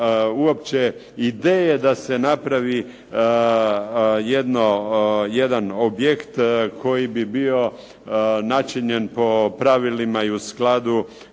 uopće ideje da se napravi jedan objekt koji bi bio načinjen po pravilima i u skladu